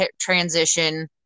transition